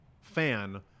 fan